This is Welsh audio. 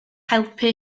helpu